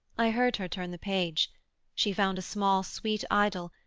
i heard her turn the page she found a small sweet idyl,